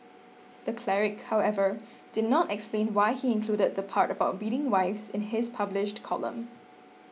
the cleric however did not explain why he included the part about beating wives in his published column